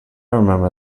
remember